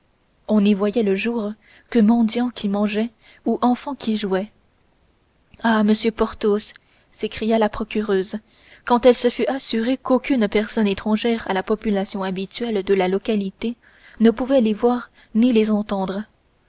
on n'y voyait le jour que mendiants qui mangeaient ou enfants qui jouaient ah monsieur porthos s'écria la procureuse quand elle se fut assurée qu'aucune personne étrangère à la population habituelle de la localité ne pouvait les voir ni les entendre